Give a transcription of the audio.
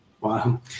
Wow